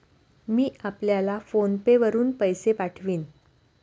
मी आपल्याला PhonePe वरुन पैसे पाठवीन